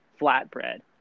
flatbread